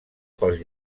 pels